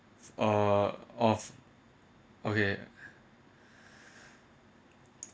uh of okay